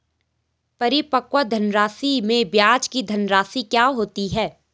परिपक्व धनराशि में ब्याज की धनराशि क्या होती है?